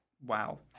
Wow